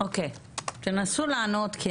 תנסו לענות.